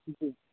جی